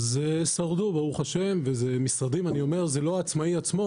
שרדו ב"ה וזה משרדים לא העצמאי עצמו.